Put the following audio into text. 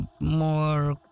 more